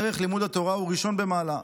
ערך לימוד התורה הוא ראשון במעלה,